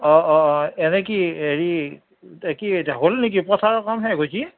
অঁ অঁ অঁ এনেই কি হেৰি তে কি হেৰি হ'ল নেকি পথাৰৰ কাম শেষ হৈছে